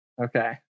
Okay